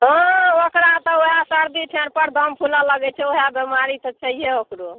हाँ ओकरा तऽ वैह सर्दी ठोढ़ पर दम फुलऽ लगै छै ओहए बेमारी तऽ छैहे ओकरो